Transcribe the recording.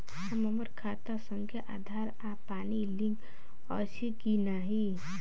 हम्मर खाता सऽ आधार आ पानि लिंक अछि की नहि?